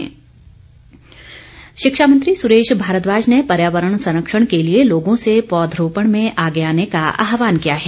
सुरेश भारद्वाज शिक्षामंत्री सुरेश भारद्वाज ने पर्यावरण संरक्षण के लिए लोगों से पौधरोपण में आगे आने का आहवान किया है